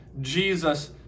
Jesus